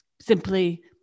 simply